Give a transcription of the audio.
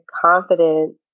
confident